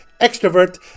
extrovert